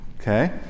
Okay